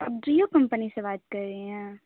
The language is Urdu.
جیو کمپنی سے بات کر رہی ہیں